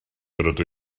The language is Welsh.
rydw